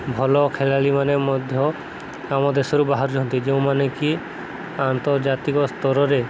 ଭଲ ଖେଳାଳିମାନେ ମଧ୍ୟ ଆମ ଦେଶରୁ ବାହାରୁଛନ୍ତି ଯେଉଁମାନେ କି ଆନ୍ତର୍ଜାତିକ ସ୍ତରରେ